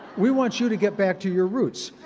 we want you to get back to your roots.